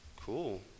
cool